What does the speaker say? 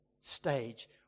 stage